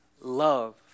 love